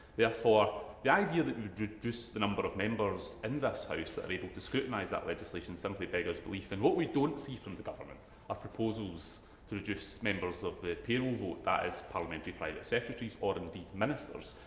therefore, the idea that we would reduce the number of members and in this house that are able to scrutinise that legislation, simply beggars belief. and what we don't see from the government are proposals to reduce members of the payroll vote that is parliamentary private secretaries, or indeed ministers.